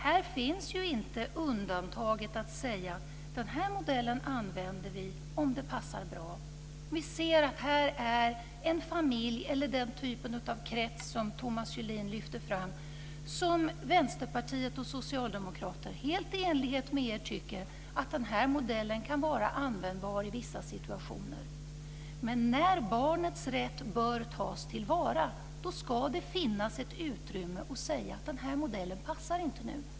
Det finns ju inte något undantag, någon möjlighet att säga: Den här modellen använder vi om det passar bra. Vi ser att här är den familj eller den typ av krets som Thomas Julin lyfter fram. Vänsterpartiet och Socialdemokraterna tycker helt i enlighet med er att den här modellen kan vara användbar i vissa situationer. Men när barnets rätt bör tas till vara ska det finnas ett utrymme att säga: Den här modellen passar inte nu.